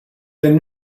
their